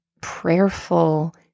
prayerful